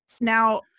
now